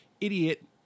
idiot